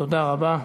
תודה רבה.